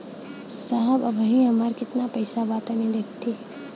साहब अबहीं हमार कितना पइसा बा तनि देखति?